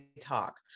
talk